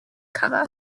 cover